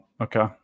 Okay